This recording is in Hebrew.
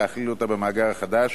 להכליל אותו במאגר החדש,